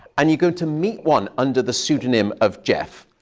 and you go to meet one under the pseudonym of jeff.